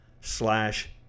slash